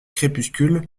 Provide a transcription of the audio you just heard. crépuscule